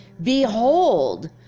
Behold